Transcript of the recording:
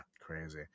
crazy